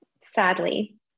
sadly